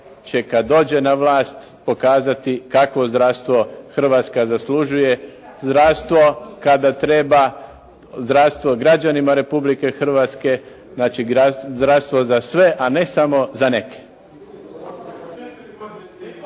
će kad dođe na vlast pokazati kakvo zdravstvo Hrvatska zaslužuje, zdravstvo kada treba zdravstvo građanima Republike Hrvatske znači zdravstvo za sve, a ne samo za neke.